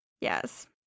Yes